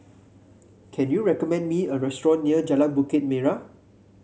can you recommend me a restaurant near Jalan Bukit Merah